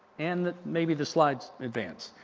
and, that maybe the slides advance.